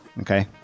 Okay